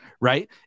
right